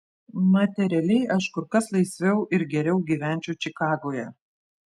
materialiai aš kur kas laisviau ir geriau gyvenčiau čikagoje